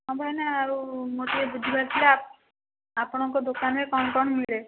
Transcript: ଆପଣ ଏଇନା ଆଉ ମୋର ଟିକିଏ ବୁଝିବାର ଥିଲା ଆପଣଙ୍କ ଦୋକାନରେ କ'ଣ କ'ଣ ମିଳେ